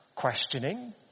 questioning